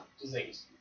disease